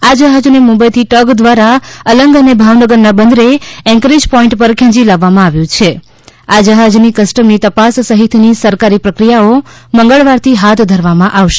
આ જહાજને મુંબઈથી ટગ દ્વારા અલંગ અને ભાવનગરના બંદરે એન્કરેજ પોઇન્ટ પર ખેંચી લાવવામાં આવ્યું છે આ જહાજની કસ્ટમની તપાસ સહિતની સરકારી પ્રક્રિયાઓ મંગળવારથી હાથ ધરવામાં આવશે